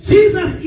Jesus